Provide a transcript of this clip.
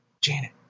Janet